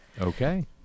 Okay